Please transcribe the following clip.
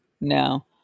No